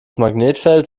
magnetfeld